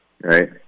Right